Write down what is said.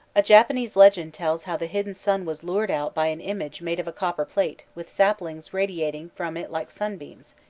a japanese legend tells how the hidden sun was lured out by an image made of a copper plate with saplings radiating from it like sunbeams,